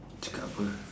cakap apa